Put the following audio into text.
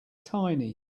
tiny